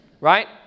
Right